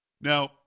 Now